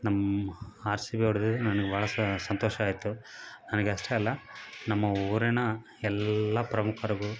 ನಮ್ಮ R C B ಹೊಡ್ದಿದ್ದೆ ನನ್ಗ್ ಬಾಳ ಸಂತೋಷ ಆಯ್ತು ನನ್ಗೆ ಅಷ್ಟೇ ಅಲ್ಲ ನಮ್ಮ ಊರಿನ ಎಲ್ಲಾ ಪ್ರಮುಕರ್ಗು